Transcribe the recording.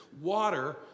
Water